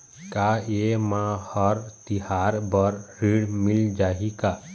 का ये मा हर तिहार बर ऋण मिल जाही का?